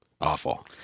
awful